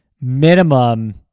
minimum